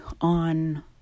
on